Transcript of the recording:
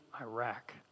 Iraq